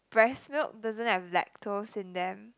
breast milk doesn't have lactose in them